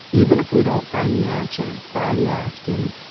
even if we don't find the answer, by the asking,